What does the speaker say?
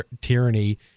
tyranny